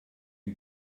you